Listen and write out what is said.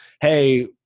Hey